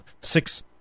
six